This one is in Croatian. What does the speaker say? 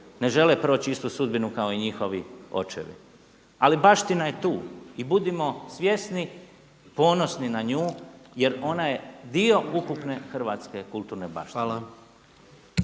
ne žele proći istu sudbinu kao i njihovi očevi. Ali baština je tu i budimo svjesni, ponosni na nju jer ona je dio ukupne hrvatske kulturne baštine.